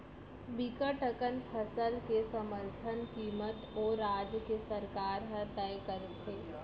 बिकट अकन फसल के समरथन कीमत ओ राज के सरकार ह तय करथे